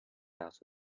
out